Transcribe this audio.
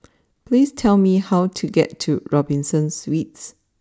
please tell me how to get to Robinson Suites